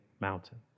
mountain